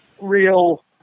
real